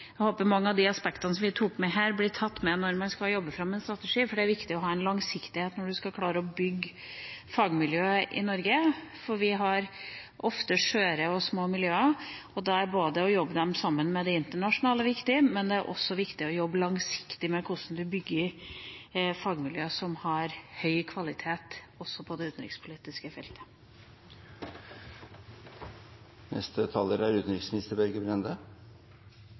Jeg håper mange av de aspektene som vi tok med her, blir tatt med når man skal jobbe fram en strategi, for det er viktig å ha langsiktighet når man skal klare å bygge fagmiljø i Norge, for vi har ofte skjøre og små miljøer, og da er det viktig både å jobbe sammen med internasjonale miljøer og å jobbe langsiktig med hvordan man bygger fagmiljø som har høy kvalitet, også på det utenrikspolitiske feltet. Jeg er